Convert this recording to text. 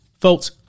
Folks